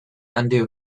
undo